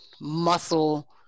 muscle